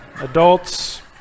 adults